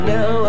Now